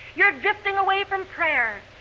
you're drifting away from prayer,